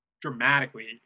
dramatically